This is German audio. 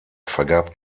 vergab